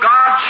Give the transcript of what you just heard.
God